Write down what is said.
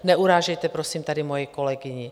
Neurážejte prosím tady moji kolegyni.